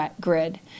grid